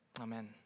Amen